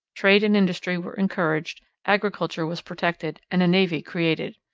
trade and industry were encouraged, agriculture was protected, and a navy created.